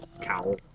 cowl